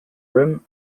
rim